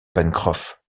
pencroff